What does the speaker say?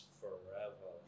forever